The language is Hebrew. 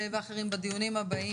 ואחרים בדיונים הבאים,